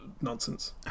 nonsense